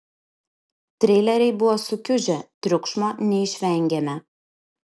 treileriai buvo sukiužę triukšmo neišvengėme